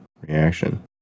reaction